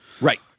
Right